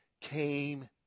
came